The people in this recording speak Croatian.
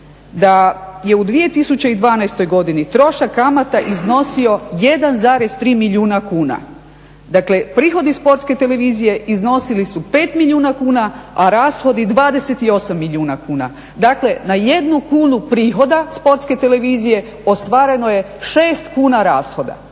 da je u 2012. godini trošak kamata iznosio 1,3 milijuna kuna. Dakle, prihodi Sportske televizije iznosili su 5 milijuna kuna, a rashodi 28 milijuna kuna. Dakle, na 1 kunu prihoda Sportske televizije ostvareno je 6 kuna rashoda.